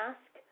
Ask